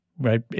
right